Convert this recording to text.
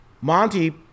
Monty